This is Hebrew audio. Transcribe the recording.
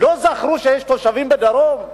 לא זכרו שיש תושבים בדרום?